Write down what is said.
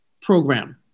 program